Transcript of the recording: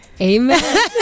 amen